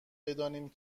بدانیم